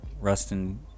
Rustin